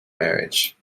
marriage